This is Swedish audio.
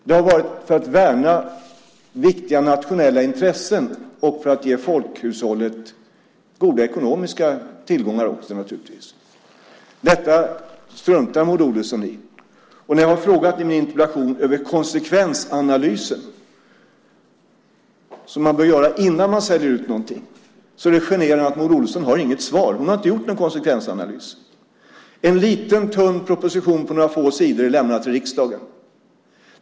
Det har varit för att värna viktiga nationella intressen och för att ge folkhushållet goda ekonomiska tillgångar också naturligtvis. Detta struntar Maud Olofsson i. När jag i min interpellation har frågat om konsekvensanalysen, som man bör göra innan man säljer ut någonting, är det generande att Maud Olofsson inte har något svar. Maud Olofsson har inte gjort någon konsekvensanalys. En liten tunn proposition på några få sidor är lämnad till riksdagen.